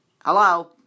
hello